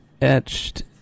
etched